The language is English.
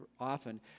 often